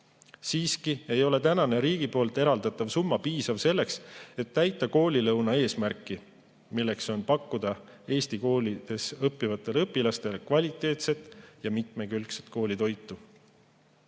Samas ei ole praegune riigi eraldatav summa piisav selleks, et täita koolilõuna eesmärki: pakkuda Eesti koolides õppivatele õpilastele kvaliteetset ja mitmekülgset koolitoitu.